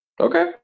Okay